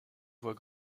voit